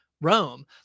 Rome